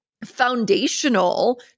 foundational